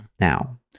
now